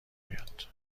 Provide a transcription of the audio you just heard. بیاد